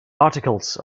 articles